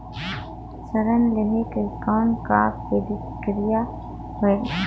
ऋण लहे के कौन का प्रक्रिया होयल?